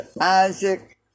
Isaac